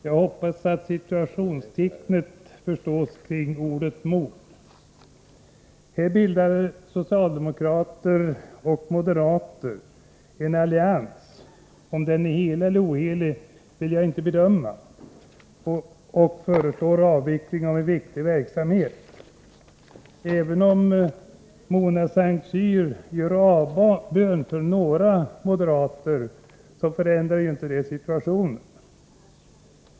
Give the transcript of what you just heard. Här bildar socialdemokrater och moderater ä 5 RS TN Å 5 sulentorganisaen allians — om den är helig eller ohelig vill jag inte bedöma — och föreslår HORN mn avveckling av en viktig verksamhet. Även om Mona Saint Cyr gör avbön för några moderater, förändrar detta inte situationen.